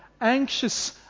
anxious